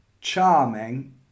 charming